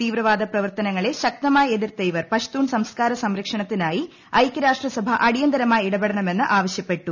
തീവ്രവാദ പ്രവർത്തനങ്ങളെ ശക്തമായി എതിർത്ത ഇവർ പശ്ത്തൂൺ സംസ്കാര സംരക്ഷണത്തിനായി ഐക്യരാഷ്ട്ര സഭ അടിയന്തരമായി ഇടപെടണമെന്ന് ആവശ്യപ്പെട്ടു